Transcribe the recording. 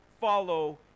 follow